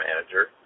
manager